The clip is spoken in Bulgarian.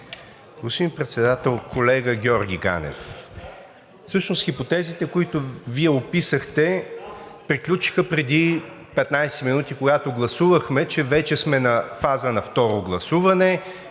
Господин Председател! Колега Георги Ганев, всъщност хипотезите, които Вие описахте, приключиха преди 15 минути, когато гласувахме, че вече сме на фаза второ гласуване